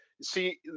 See